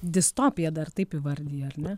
distopiją dar taip įvardiji ar ne